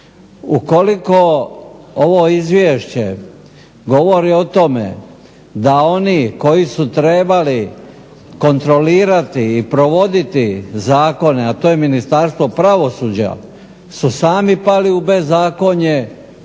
Ukoliko ovo izvješće govori o tome da oni koji su trebali kontrolirati i provoditi zakone, a to je Ministarstvo pravosuđa su sami pali u bezakonje,